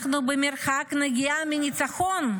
אנחנו במרחק נגיעה מניצחון,